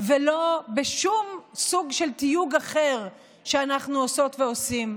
ולא בשום סוג של תיוג אחר שאנחנו עושות ועושים,